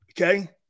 Okay